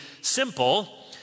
simple